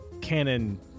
Canon